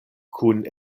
kun